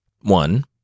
One